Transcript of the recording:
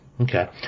Okay